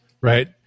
right